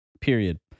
period